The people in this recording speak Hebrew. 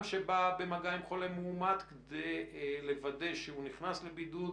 שבא במגע עם חולה מאומת כדי לוודא שהוא נכנס לבידוד,